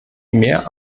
mehr